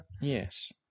Yes